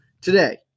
today